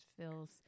feels